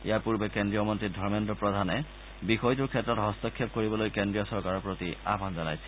ইয়াৰ পূৰ্বে কেন্দ্ৰীয় মন্ত্ৰী ধৰ্মেন্দ্ৰ প্ৰধানে বিষয়টোৰ ক্ষেত্ৰত হস্তক্ষেপ কৰিবলৈ কেন্দ্ৰীয় চৰকাৰৰ প্ৰতি আহ্বান জনাইছিল